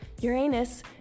uranus